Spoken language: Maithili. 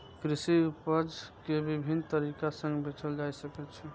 कृषि उपज कें विभिन्न तरीका सं बेचल जा सकै छै